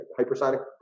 Hypersonic